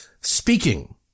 Speaking